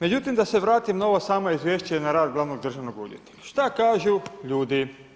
Međutim da se vratim na ovo samo izvješće na rad glavnog državnog odvjetnika, šta kažu ljudi.